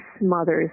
mothers